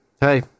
hey